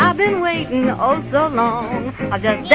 ah been waiting oh so long, i'll just yeah